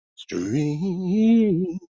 stream